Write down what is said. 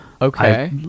okay